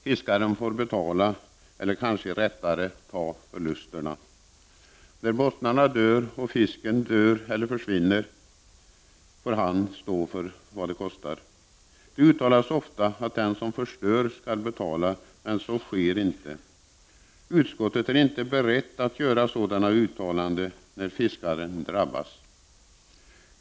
Fiskaren får betala, eller kanske rättare ta förlusterna av detta. När bottnarna dör och fisken dör eller försvinner, är det fiskaren som får stå för kostnaderna. Det sägs ofta att den som förstör skall betala, men så sker inte. Utskottet är inte berett att göra sådana uttalanden när det är fiskare som drabbas.